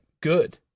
good